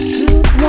Truth